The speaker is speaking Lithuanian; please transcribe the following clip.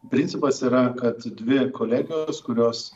principas yra kad dvi kolegijos kurios